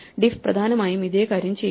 diff പ്രധാനമായും ഇതേ കാര്യം ചെയ്യുന്നു